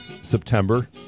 September